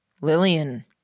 Lillian